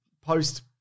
post